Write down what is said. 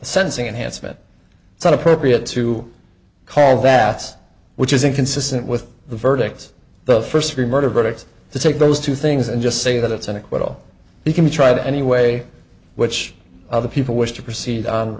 sensing enhancement it's not appropriate to call that which is inconsistent with the verdicts the first degree murder verdict to take those two things and just say that it's an acquittal he can be tried anyway which other people wish to proceed on